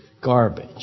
garbage